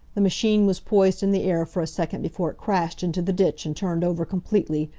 the machine was poised in the air for a second before it crashed into the ditch and turned over completely,